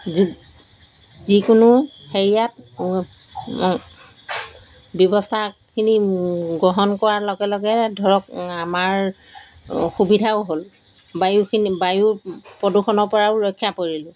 যি যিকোনো হেৰিয়াত ব্যৱস্থাখিনি গ্ৰহণ কৰাৰ লগে লগে ধৰক আমাৰ সুবিধাও হ'ল বায়ুখিনি বায়ু প্ৰদূষণৰ পৰাও ৰক্ষা পৰিলোঁ